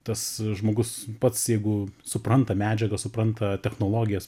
tas žmogus pats jeigu supranta medžiagas supranta technologijas